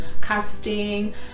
casting